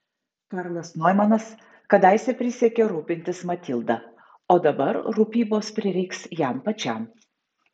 karlas noimanas kadaise prisiekė rūpintis matilda o dabar rūpybos prireiks jam pačiam